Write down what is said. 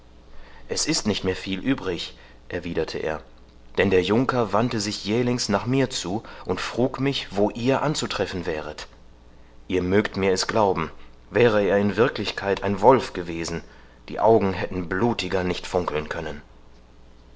es ist nicht viel mehr übrig erwiderte er denn der junker wandte sich jählings nach mir zu und frug mich wo ihr anzutreffen wäret ihr möget mir es glauben wäre er in wirklichkeit ein wolf gewesen die augen hätten blutiger nicht funkeln können